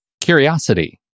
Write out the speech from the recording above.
Curiosity